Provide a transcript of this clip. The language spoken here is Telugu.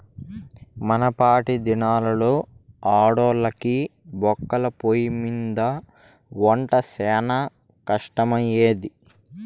మునపటి దినాల్లో ఆడోల్లకి బొగ్గుల పొయ్యిమింద ఒంట శానా కట్టమయ్యేది